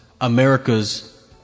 America's